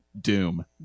Doom